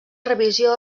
revisió